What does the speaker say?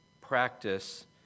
practice